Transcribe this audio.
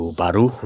baru